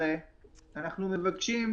רק אם יורשה לי,